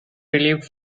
relieved